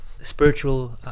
spiritual